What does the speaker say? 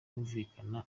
humvikana